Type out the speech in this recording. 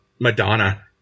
Madonna